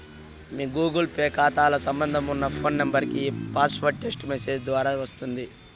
మీ Google Pay కాతాతో సంబంధమున్న phone నెంబరికి ఈ పాస్వార్డు టెస్టు మెసేజ్ దోరా వస్తాది